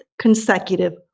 consecutive